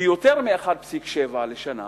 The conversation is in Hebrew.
ביותר מ-1.7% לשנה